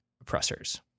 oppressors